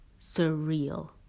surreal